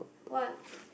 what